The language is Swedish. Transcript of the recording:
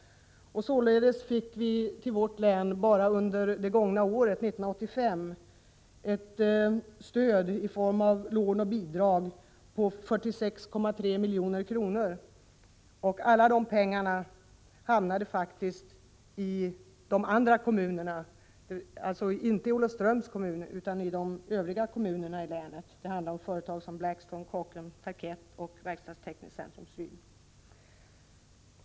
Således fick vi till vårt län enbart under 1985 stöd i form av lån och bidrag på 46,3 milj.kr. Alla dessa pengar hamnade faktiskt inte i Olofströms kommun utan i de övriga kommunerna i länet. De företag som det gällde var bl.a. Blackstone, Kockums, Tarkett och Verkstadstekniskt Centrum Syd.